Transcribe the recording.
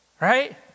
right